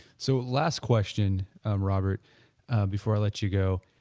so last question robert before i let you go,